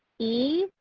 e.